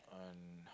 on